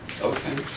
Okay